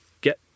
get